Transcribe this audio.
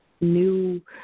new